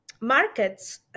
markets